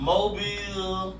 Mobile